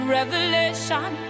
revelation